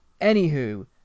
Anywho